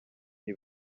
nti